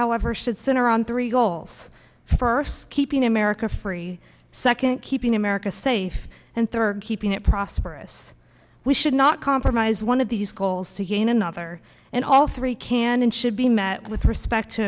however should center on three goals first keeping america free second keeping america safe and third keeping it prosperous we should not compromise one of these goals to gain another and all three can and should be met with respect to